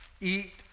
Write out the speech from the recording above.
eat